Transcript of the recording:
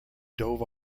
dove